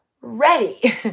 ready